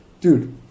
dude